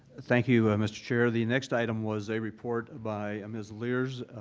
thank you, mr. chair. the next item was a report by ms. lierz.